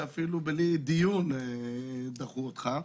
שאפילו בלי דיון דחו אותך.